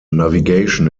navigation